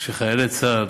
כשחיילי צה"ל